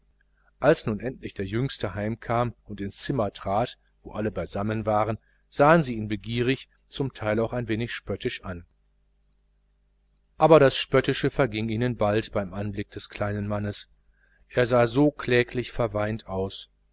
als nun endlich der jüngste heimkam und ins zimmer trat wo sie alle beisammen waren sahen sie ihn begierig zum teil auch ein wenig spöttisch an aber das spöttische verging ihnen bald beim anblick des kleinen mannes er sah so kläglich verweint aus